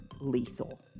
lethal